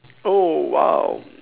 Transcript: oh !wow!